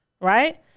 Right